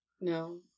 No